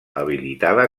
habilitada